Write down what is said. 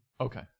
Okay